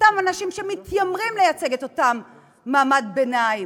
אותם אנשים שמתיימרים לייצג את אותו מעמד ביניים.